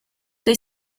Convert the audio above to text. they